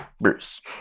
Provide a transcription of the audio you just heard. Bruce